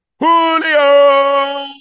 Julio